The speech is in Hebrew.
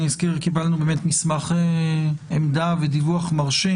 אני אזכיר שקיבלנו מסמך עמדה ודיווח מרשים,